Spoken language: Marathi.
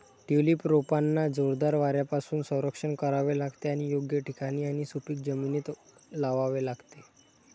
ट्यूलिप रोपांना जोरदार वाऱ्यापासून संरक्षण करावे लागते आणि योग्य ठिकाणी आणि सुपीक जमिनीत लावावे लागते